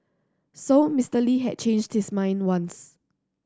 so Mister Lee had changed his mind once